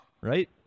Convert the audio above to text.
Right